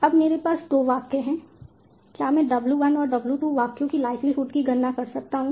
अब मेरे पास 2 वाक्य हैं क्या मैं W 1 और W 2 वाक्यों की लाइक्लीहुड की गणना कर सकता हूं